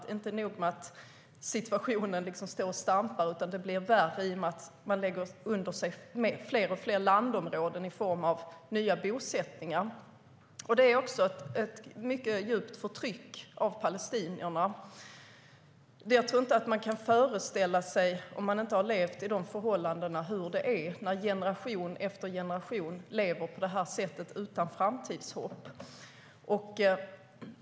Det är inte nog med att situationen står och stampar, utan det blir värre i och med att Israel lägger under sig fler och fler landområden genom nya bosättningar. Det pågår ett djupt förtryck av palestinierna. Om man inte har levt under dessa förhållanden kan man nog inte föreställa sig hur det är att i generation efter generation leva utan framtidshopp.